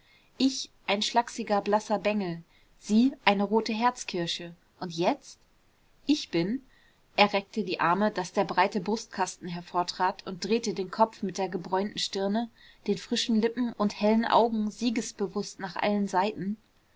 ich ein schlaksiger blasser bengel sie eine rote herzkirsche und jetzt ich bin er reckte die arme daß der breite brustkasten hervortrat und drehte den kopf mit der gebräunten stirne den frischen lippen und hellen augen siegesbewußt nach allen seiten